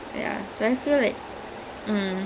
ya it's like a fit ya